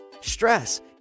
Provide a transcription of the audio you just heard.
stress